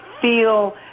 feel